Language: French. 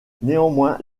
néanmoins